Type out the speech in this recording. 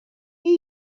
این